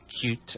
cute